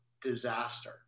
disaster